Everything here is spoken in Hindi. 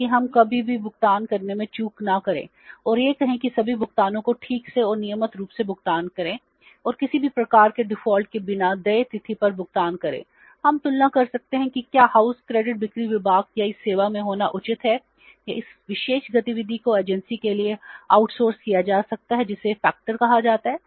ताकि हम कभी भी भुगतान करने में चूक न करें और यह कहें कि सभी भुगतानों को ठीक से और नियमित रूप से भुगतान करें और किसी भी प्रकार के डिफ़ॉल्ट कहा जाता है